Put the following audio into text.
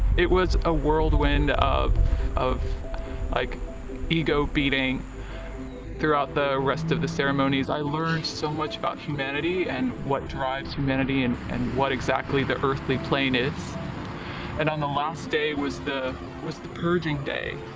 it was a whirlwind of of like ego beating throughout the rest of the ceremonies i learned so much about humanity and what drives humanity and and what exactly the earthly plane is and on the last day was the was the purging day